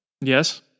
Yes